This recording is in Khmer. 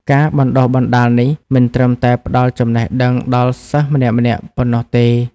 ការបណ្ដុះបណ្ដាលនេះមិនត្រឹមតែផ្ដល់ចំណេះដឹងដល់សិស្សម្នាក់ៗប៉ុណ្ណោះទេ។